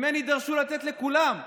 ממני דרשו לתת לכולם.